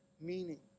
meaning